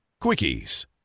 Quickies